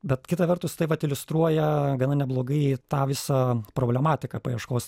bet kita vertus tai vat iliustruoja gana neblogai tą visą problematiką paieškos